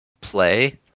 play